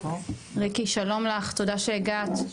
ריקי שלום לך תודה שהגעת.